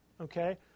okay